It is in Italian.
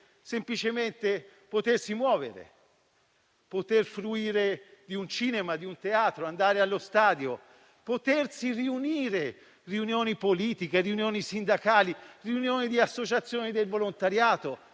semplicemente potersi muovere, poter fruire di un cinema e di un teatro, andare allo stadio, poter partecipare a riunioni politiche, sindacali, di associazioni del volontariato,